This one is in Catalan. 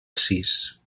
sis